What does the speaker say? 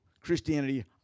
Christianity